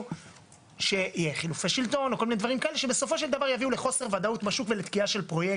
הדירה שלו לא נהרסת ונבנית מחדש.